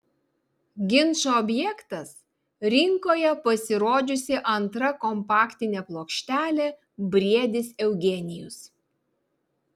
ginčo objektas rinkoje pasirodžiusi antra kompaktinė plokštelė briedis eugenijus